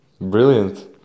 Brilliant